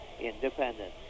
independence